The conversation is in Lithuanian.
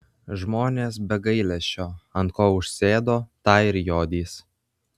žmonės be gailesčio ant ko užsėdo tą ir jodys